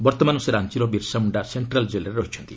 ବର୍ତ୍ତମାନ ସେ ରାଞ୍ଚର ବିର୍ଷାମୁଣ୍ଡା ସେକ୍ଟ୍ରାଲ ଜେଲ୍ରେ ଅଛନ୍ତି